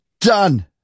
Done